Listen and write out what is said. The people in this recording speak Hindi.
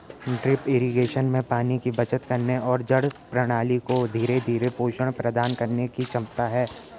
ड्रिप इरिगेशन में पानी की बचत करने और जड़ प्रणाली को धीरे धीरे पोषण प्रदान करने की क्षमता है